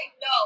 No